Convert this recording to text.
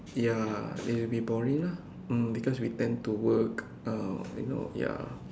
ya it will be boring lah mm because we tend to work uh you know ya